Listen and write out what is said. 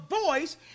voice